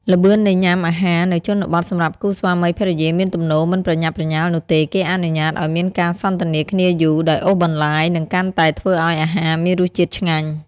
ល្បឿននៃញាំអាហារនៅជនបទសម្រាប់គូស្វាមីភរិយាមានទំនោរមិនប្រញាប់ប្រញាលនោះទេ គេអនុញ្ញាតឱ្យមានការសន្ទនាគ្នាយូរ ដោយអូសបន្លាយ និងកាន់តែធ្វើឲ្យអាហារមានរសជាតិឆ្ងាញ់។